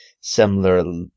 similar